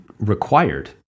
required